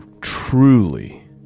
truly